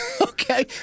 Okay